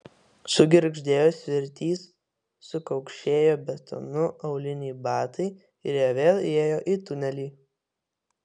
sugirgždėjo svirtys sukaukšėjo betonu auliniai batai ir jie vėl įėjo į tunelį